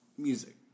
music